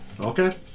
Okay